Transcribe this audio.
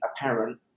apparent